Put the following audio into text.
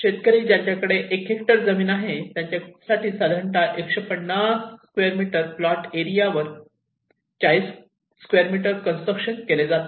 शेतकरी ज्यांच्याकडे 1 हेक्टर जमीन आहे त्याच्यासाठी साधारणतः 150 स्क्वेअर मीटर प्लॉट एरिया वर 40 स्क्वेअर मीटर कंस्ट्रक्शन केले जाते